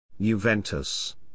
Juventus